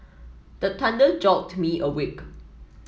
the thunder jolt me awake